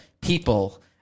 people –